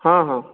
ହଁ ହଁ